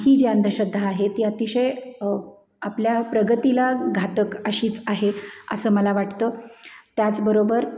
ही जी अंधश्रद्धा आहे ती अतिशय आपल्या प्रगतीला घातक अशीच आहे असं मला वाटतं त्याचबरोबर